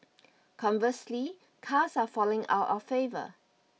conversely cars are falling out of favour